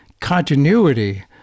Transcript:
continuity